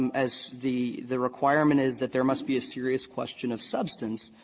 um as the the requirement is that there must be a serious question of substance.